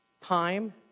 Time